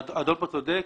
האדון פה צודק,